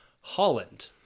Holland